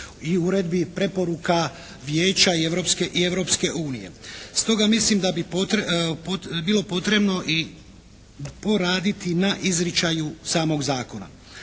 i uredbi, preporuka vijeća i Europske unije. Stoga mislim da bi bilo potrebno i poraditi na izričaju samog zakona.